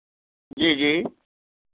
जी जी